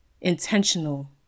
intentional